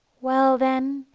well then,